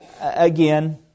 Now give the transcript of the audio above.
again